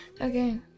Okay